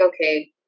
okay